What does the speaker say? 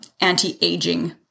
anti-aging